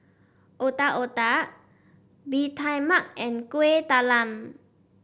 Otak Otak Bee Tai Mak and Kuih Talam